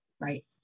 right